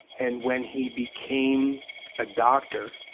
and when he became a doctor,